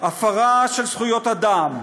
הפרה של זכויות אדם,